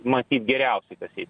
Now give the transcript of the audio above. matyt geriausia kas jai